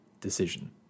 decision